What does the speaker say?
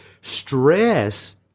Stress